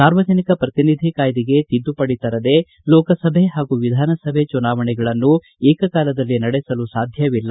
ಸಾರ್ವಜನಿಕ ಪ್ರತಿನಿಧಿ ಕಾಯ್ದೆಗೆ ತಿದ್ದುಪಡಿ ತರದೆ ಲೋಕಸಭೆ ಹಾಗೂ ವಿಧಾನಸಭೆ ಚುನಾವಣೆಗಳನ್ನು ಏಕಕಾಲದಲ್ಲಿ ನಡೆಸಲು ಸಾಧ್ಯವಿಲ್ಲ